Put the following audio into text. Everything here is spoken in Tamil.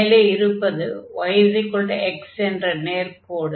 மேலே இருப்பது y x என்ற நேர்க்கோடு